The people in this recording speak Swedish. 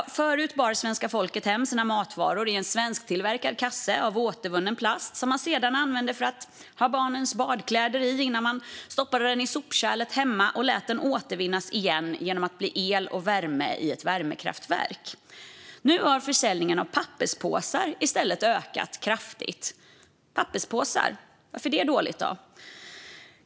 Förut bar svenska folket hem sina matvaror i en svensktillverkad kasse av återvunnen plast, som man sedan använde att ha barnens badkläder i innan man stoppade den i sopkärlet hemma och lät den återvinnas igen genom att bli el och värme i ett värmekraftverk. Nu har försäljningen av papperspåsar i stället ökat kraftigt. Varför är då detta dåligt?